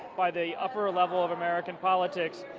by the upper level of american politics.